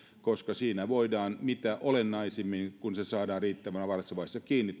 koska siinä voidaan mitä olennaisimmin kun eturauhassyöpä saadaan riittävän varhaisessa vaiheessa kiinni